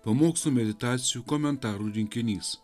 pamokslų meditacijų komentarų rinkinys